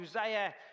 Uzziah